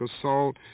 assault